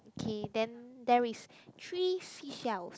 K then there is three seashells